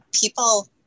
people